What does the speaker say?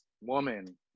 woman